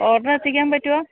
order എത്തിക്കാൻ പറ്റുമോ